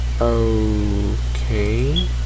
Okay